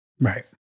right